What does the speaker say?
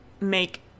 make